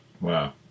Wow